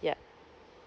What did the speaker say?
yeah